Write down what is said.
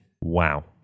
Wow